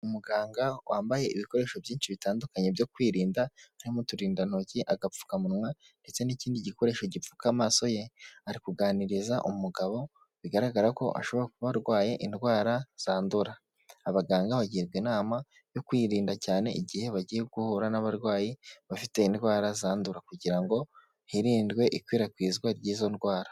Umuganga wambaye ibikoresho byinshi bitandukanye byo kwirinda harimo uturindantoki, agapfukamunwa ndetse n'ikindi gikoresho gipfuka amaso ye, ari kuganiriza umugabo bigaragara ko ashobora arwaye indwara zandura. abaganga bagirwa inama yo kwirinda cyane igihe bagiye guhura n'abarwayi bafite indwara zandura. kugira ngo hirindwe ikwirakwizwa ry'izo ndwara.